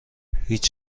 هیچ